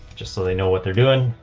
just so they know what they're doing.